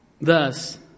Thus